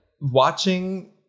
watching